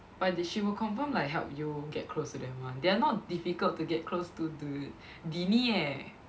but d~ she will confirm like help you get close to them [one] they are not difficult to get close to dude Deeney eh